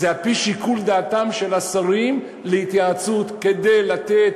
זה על-פי שיקול דעתם של השרים להתייעצות כדי לתת